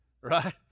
Right